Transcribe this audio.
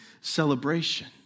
celebration